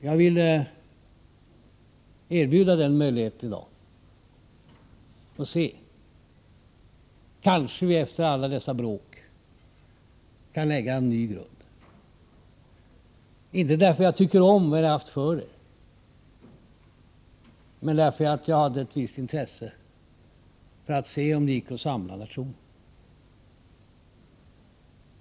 Jag ville erbjuda denna möjlighet i dag och se om vi kanske, efter alla dessa bråk, kunde lägga en ny grund — inte därför att jag tycker om vad ni haft för er, utan därför att jag hade ett visst intresse av att se om det gick att samla nationen.